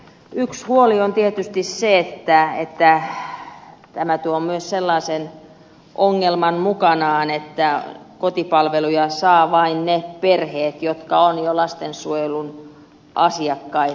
yksi huoli on tietysti se että tämä tuo myös sellaisen ongelman mukanaan että kotipalveluja saavat vain ne perheet jotka ovat jo lastensuojelun asiakkaita